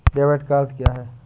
Debit का अर्थ क्या है?